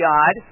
God